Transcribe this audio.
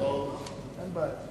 אין בעיה.